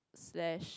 slash